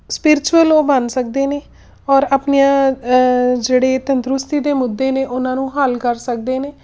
spiritual ਉਹ ਬਣ ਸਕਦੇ ਨੇ ਔਰ ਆਪਣੀਆਂ ਜਿਹੜੇ ਤੰਦਰੁਸਤੀ ਦੇ ਮੁੱਦੇ ਨੇ ਉਹਨਾਂ ਨੂੰ ਹੱਲ ਕਰ ਸਕਦੇ ਨੇ